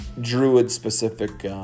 druid-specific